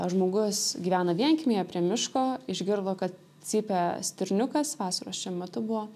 žmogus gyvena vienkiemyje prie miško išgirdo kad cypia stirniukas vasaros čia metu buvo